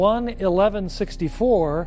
1164